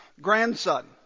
grandson